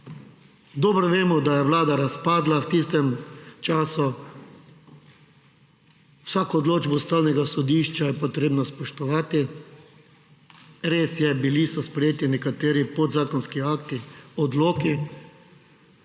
dobro vemo, da je Vlada razpadla v tistem času. Vsako odločbo Ustavnega sodišča je potrebno spoštovati. Res je, bili so sprejeti nekateri podzakonski akti, odliki